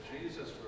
Jesus